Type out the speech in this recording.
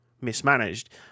mismanaged